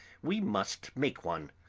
we must make one.